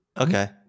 okay